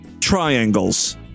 triangles